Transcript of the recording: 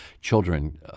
children